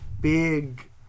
big